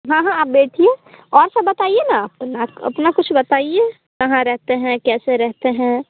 हाँ हाँ आप बैठिए और सब बताइए न अपना अपना कुछ बताइए कहाँ रहते हैं कैसे रहते हैं